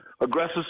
aggressive